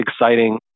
exciting